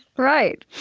right.